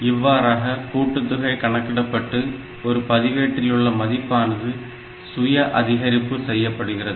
இவ்வாறாக கூட்டுத்தொகை கணக்கிடப்பட்டு ஒரு பதிவேட்டில் உள்ள மதிப்பானது சுய அதிகரிப்பு செய்யப்படுகிறது